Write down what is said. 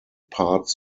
parts